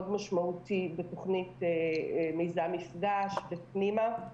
משמעותי בתוכנית מיזם "מפגש" ו"פנימה".